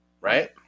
Right